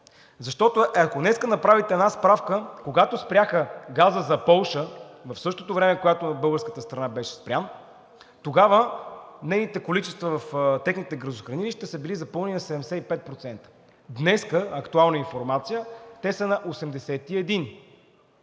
Защото, ако днес направите една справка, когато спряха газа за Полша, в същото време, когато и на българската страна беше спрян, тогава нейните количества в техните газохранилища са били запълнени 75%. Днес – актуална информация, те са 81,